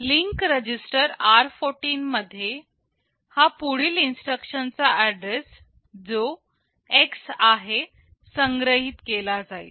link register r14 मध्ये हा पुढील इन्स्ट्रक्शन चा ऍड्रेस जो X आहे संग्रहित केला जाईल